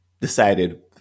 decided